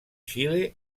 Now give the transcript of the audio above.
xile